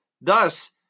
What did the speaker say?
Thus